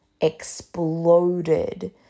exploded